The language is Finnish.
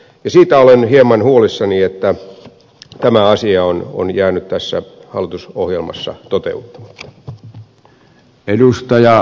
siitä olen hieman huolissani että tämä asia on jäänyt tässä hallitusohjelmassa toteuttamatta